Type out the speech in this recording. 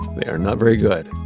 they are not very good.